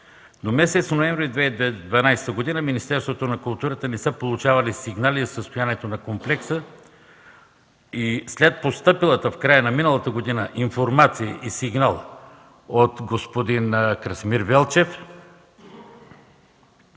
До месец ноември 2012 г. в Министерството на културата не са получавани сигнали за състоянието на комплекса. След постъпила в края на миналата година информация и сигнал от господин Красимир Велчев